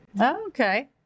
Okay